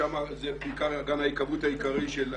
שם זה אגם ההיקוות העיקרי של הכינרת.